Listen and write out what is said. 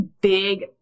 big